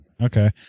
Okay